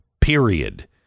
Period